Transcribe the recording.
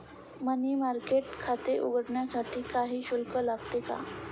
मनी market खाते उघडण्यासाठी काही शुल्क लागतो का?